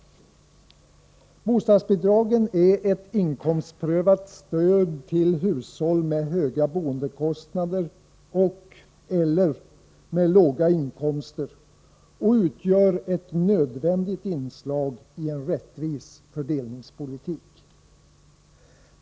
Bostadsbidragen är ett inkomstprövat stöd till hushåll med höga boendekostnader eller låga inkomster och utgör ett nödvändigt inslag i en rättvis fördelningspolitik.